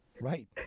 right